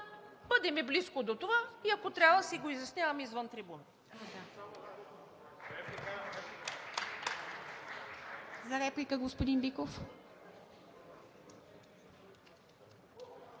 бъдем близко до това и ако трябва, да си го изясняваме извън трибуната.